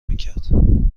میکرد